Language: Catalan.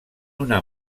una